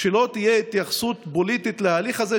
שלא תהיה התייחסות פוליטית להליך הזה,